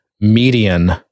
median